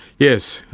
yes,